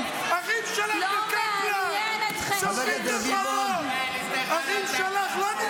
אחים שלך בקפלן שורפים את הרחובות.